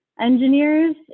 engineers